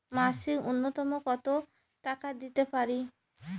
মাসিক নূন্যতম কত টাকা দিতে পারি?